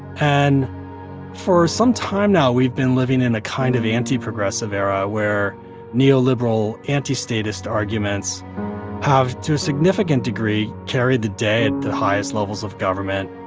and for some time now, we've been living in a kind of anti-progressive era, where neoliberal anti-statist arguments have, to a significant degree, carried the day at the highest levels of government.